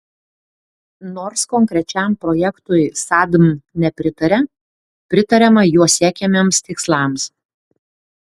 nors konkrečiam projektui sadm nepritaria pritariama juo siekiamiems tikslams